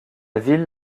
ville